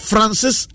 Francis